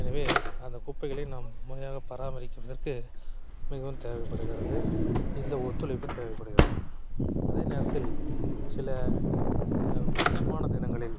எனவே அந்த குப்பைகளை நாம் முறையாக பராமரிப்பதற்கு மிகவும் தேவைப்படுகிறது இந்த ஒத்துழைப்பு தேவைப்படுகிறது அதே நேரத்தில் சில முக்கியமான தினங்களில்